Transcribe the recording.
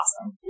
awesome